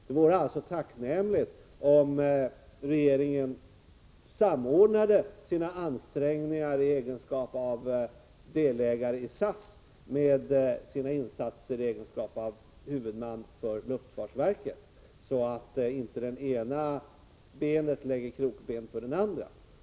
Det vore alltså tacknämligt om regeringen samordnade sina ansträngningari egenskap av delägare i SAS med sina insatser i egenskap av huvudman för luftfartsverket, så att inte det ena benet lägger krokben för det andra.